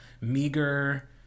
meager